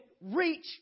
reach